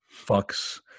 Fucks